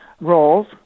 roles